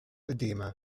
edema